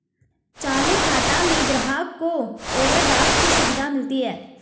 चालू खाता में ग्राहक को ओवरड्राफ्ट की सुविधा मिलती है